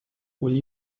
will